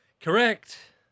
Correct